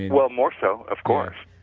well, more so, of course,